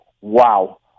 wow